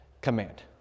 command